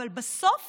אבל בסוף